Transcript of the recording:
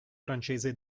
francese